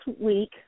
week